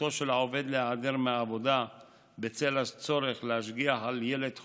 זכותו של העובד להיעדר מהעבודה בשל הצורך להשגיח על ילד חולה,